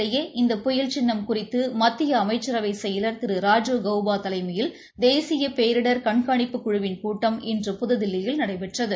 இதற்கிடையே இந்த புயல் சின்னம் குறித்து மத்திய அமைச்சரவை செயலர் திரு ராஜீவ் கௌபா தலைமையில் தேசிய பேரிடர் கண்காணிப்புக் குழுவிள் கூட்டம் இன்று புதுதில்லியில் நடைபெற்றது